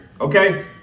Okay